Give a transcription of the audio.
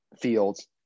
fields